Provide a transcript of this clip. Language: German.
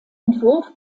entwurf